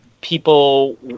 people